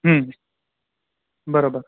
बराबरि